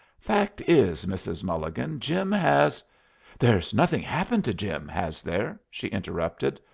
fact is, mrs. mulligan, jim has there's nothin' happened to jim, has there? she interrupted.